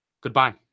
Goodbye